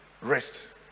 rest